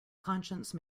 conscience